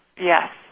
Yes